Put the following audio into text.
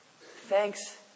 thanks